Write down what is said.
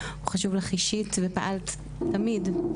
הוא חשוב לך אישית ופעלת בשותפות